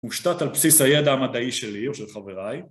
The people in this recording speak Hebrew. מושתת על בסיס הידע המדעי שלי או של חבריי.